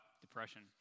depression